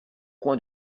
coins